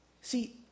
See